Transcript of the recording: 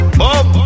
boom